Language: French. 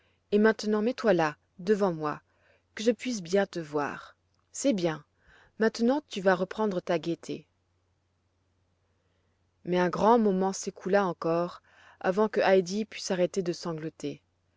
et maintenant mets-toi là devant moi que je puisse bien te voir c'est bien maintenant tu vas reprendre ta gaîté mais un grand moment s'écoula encore avant que heidi pût s'arrêter de sangloter